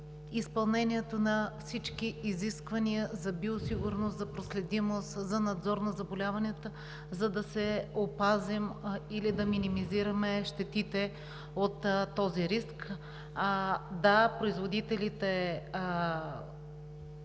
изпълнението на изискванията за биосигурност, за проследимост, за надзор на заболяванията, за да се опазим или да минимизираме щетите от този риск. Да, свиневъдството